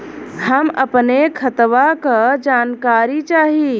हम अपने खतवा क जानकारी चाही?